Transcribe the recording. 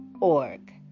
org